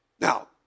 Now